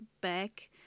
back